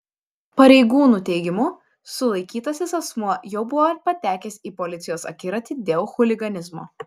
pareigūnų teigimu sulaikytasis asmuo jau buvo patekęs į policijos akiratį dėl chuliganizmo